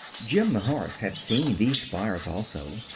jim the horse had seen these spires, also,